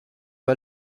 pas